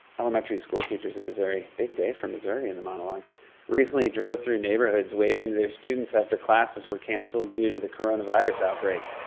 elementary school teachers in missouri big day for missouri in the monologue recently drove through neighborhoods, waving to their students after classes were canceled due to the cornonavirus outbreak.